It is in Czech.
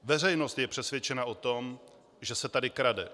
Veřejnost je přesvědčena o tom, že se tady krade.